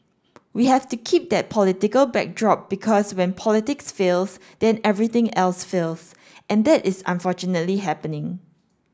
we have to keep that political backdrop because when politics fails then everything else fails and that is unfortunately happening